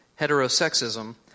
heterosexism